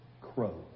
Crow